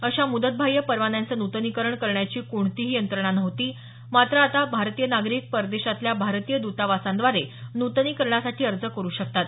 अशा मुदतबाह्य परवान्यांचं नूतनीकरण करण्याची कोणतीही यंत्रणा नव्हती आता भारतीय नागरिक परदेशातील भारतीय दुतावासांद्वारे नूतनीकरणासाठी अर्ज करु शकतात